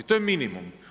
To je minimum.